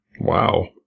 Wow